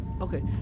Okay